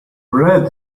bread